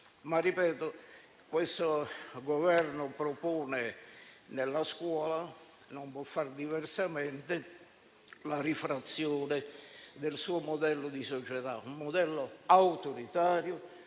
Ripeto che questo Governo propone nella scuola - e non può fare diversamente - la rifrazione del suo modello di società: un modello autoritario,